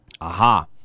Aha